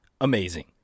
amazing